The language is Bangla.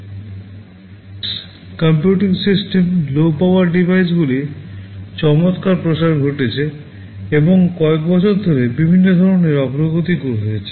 electronics computing system low power ডিভাইসগুলির চমত্কার প্রসার ঘটেছে এবং কয়েক বছর ধরে বিভিন্ন ধরণের অগ্রগতি হয়েছে